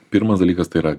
pirmas dalykas tai yra